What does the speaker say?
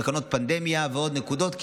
תקנות פנדמיה ועוד נקודות,